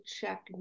check